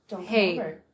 hey